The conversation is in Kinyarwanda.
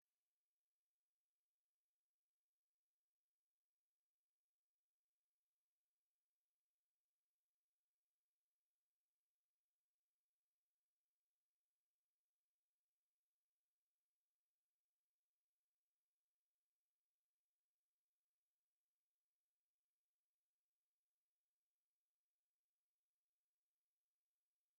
Itsinda ry'abantu babarirwa mu icumi, bamwe baricaye abandi baragahaze, ahantu mu cyumba kigaragara ko gitangirwamo amasomo. Aba bantu ubona ko ari urubyiruko, ndetse bashobora kuba ari abanyeshuri, bari mu mukoro bahawe. Umwe uhagaze yunamye inyuma y'abandi arimo arandika ku gipapuro kinini cy'umweru, ari buze kumanika akagaragariza abandi ibyo yabashije kugeraho.